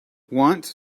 want